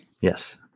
Yes